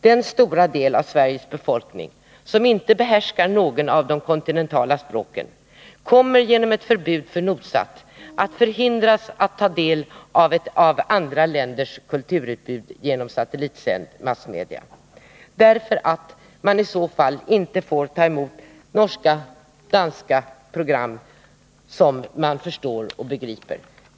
Den stora del av Sveriges befolkning som inte behärskar något av de kontinentala språken kommer genom ett förbud för Nordsat att förhindras ta del av andra länders kulturutbud via satellitsänd massmedia, på grund av att man i så fall inte får ta emot norska eller danska program som man förstår.